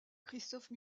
christophe